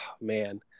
man